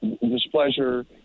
displeasure